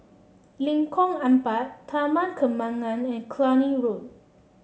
Lengkong Empat Taman Kembangan and Cluny Road